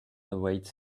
awaits